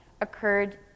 occurred